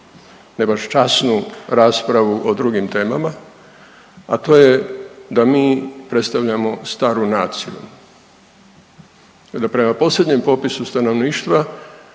ne baš časnu raspravu o drugim temama, a to je da mi predstavljamo staru naciju. Da prema posljednjem popisu stanovništva,